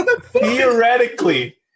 Theoretically